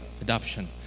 adoption